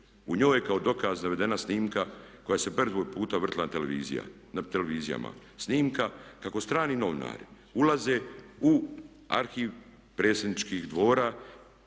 U njoj je kao dokaz navedena snimka koja se puno puta vrtjela na televizijama, snimka kako strani novinari ulaze u arhiv predsjedničkih dvora,